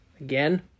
Again